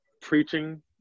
preaching